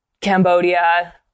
Cambodia